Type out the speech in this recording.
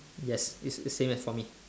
yes it's it's same as for me